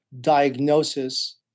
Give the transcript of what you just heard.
diagnosis